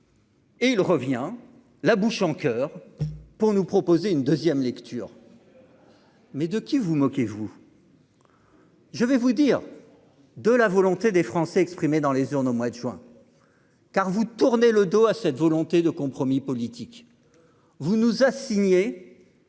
Et il revient la bouche en coeur pour nous proposer une deuxième lecture, mais de qui vous moquez-vous. Je vais vous dire de la volonté des Français exprimée dans les urnes au mois de juin car vous tournez le dos à cette volonté de compromis politique vous nous assigner